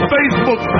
Facebook